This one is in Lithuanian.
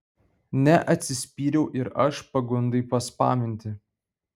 neatsispyriau ir aš pagundai paspaminti